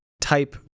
type